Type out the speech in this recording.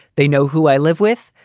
they know who i live with.